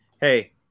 Hey